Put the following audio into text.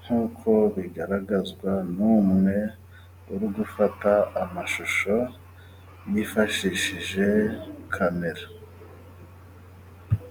nk'uko bigaragazwa n'umwe uri gufata amashusho yifashishije kamera.